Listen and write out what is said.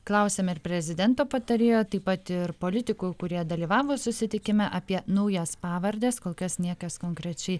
klausėme ir prezidento patarėjo taip pat ir politikų kurie dalyvavo susitikime apie naujas pavardes kol kas niekas konkrečiai